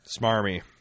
Smarmy